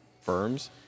firms